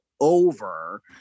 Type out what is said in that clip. over